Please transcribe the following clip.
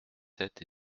sept